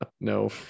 No